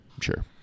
Sure